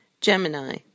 Gemini